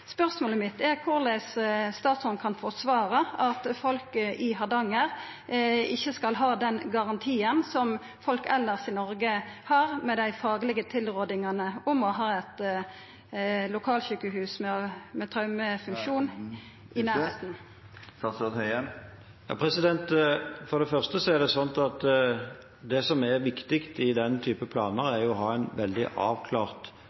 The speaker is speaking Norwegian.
Spørsmålet mitt er korleis statsråden kan forsvara at folk i Hardanger ikkje skal ha den garantien som folk elles i Noreg har, med dei faglege tilrådingane om å ha eit lokalsjukehus med traumefunksjon i nærleiken. For det første er det sånn at det som er viktig i den type planer, er å ha en veldig avklart